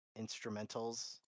instrumentals